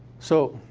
so.